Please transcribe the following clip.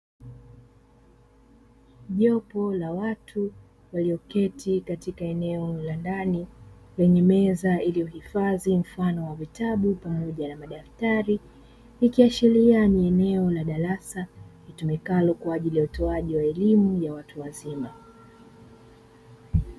Jopo la watu walioketi katika eneo la ndani lenye meza iliyohifadhi mfano wa vitabu pamoja na daftari, ikiashiria ni eneo la darasa litumikalo kwa ajili ya utoaji wa elimu ya watu wazima.